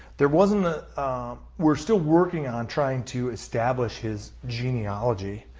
there wasn't, ah we are still working on trying to establish his genealogy.